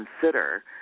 consider